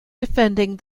defending